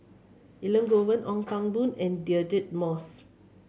Elangovan Ong Pang Boon and Deirdre Moss